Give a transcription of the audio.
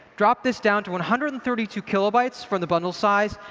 dropped this down to one hundred and thirty two kilobytes for the bundle size,